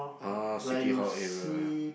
ah City Hall area